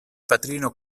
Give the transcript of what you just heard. patrino